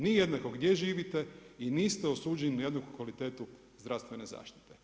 Nije jednako gdje živite i niste osuđeni na jednaku kvalitetu zdravstvene zaštite.